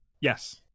yes